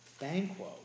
Banquo